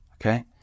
Okay